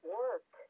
work